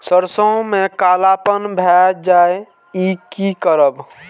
सरसों में कालापन भाय जाय इ कि करब?